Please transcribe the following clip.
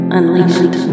Unleashed